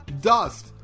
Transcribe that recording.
Dust